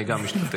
אני גם אשתתף,